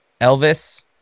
Elvis